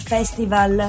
Festival